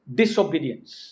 disobedience